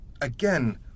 Again